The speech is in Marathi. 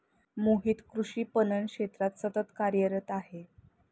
मोहित कृषी पणन क्षेत्रात सतत कार्यरत आहे